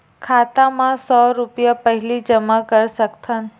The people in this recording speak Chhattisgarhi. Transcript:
खाता मा सौ रुपिया पहिली जमा कर सकथन?